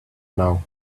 now